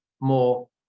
more